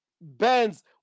bands